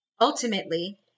ultimately